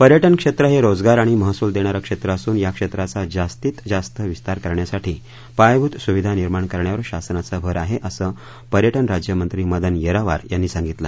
पर्यटन क्षेत्र हे रोजगार आणि महसूल देणारं क्षेत्र असून या क्षेत्राचा जास्तीत जास्त विस्तार करण्यासाठी पायाभूत सुविधा निर्माण करण्यावर शासनाचा भर आहे असे पर्यटन राज्यमंत्री मदन येरावार यांनी सांगितलं